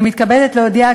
אני מתכבדת להודיע,